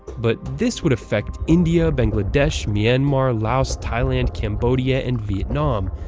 but this would affect india, bangladesh, myanmar, laos, thailand, cambodia, and vietnam,